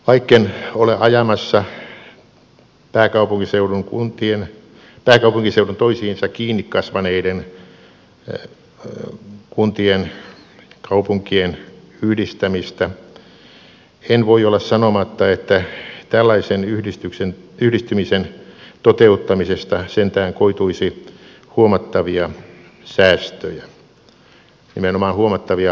vaikken ole ajamassa pääkaupunkiseudun toisiinsa kiinni kasvaneiden kuntien kaupunkien yhdistämistä en voi olla sanomatta että tällaisen yhdistymisen toteuttamisesta sentään koituisi huomattavia säästöjä nimenomaan huomattavia hallinnollisia säästöjä